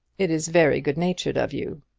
it is very good-natured of you.